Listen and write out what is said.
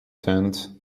tent